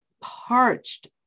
parched